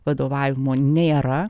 vadovavimo nėra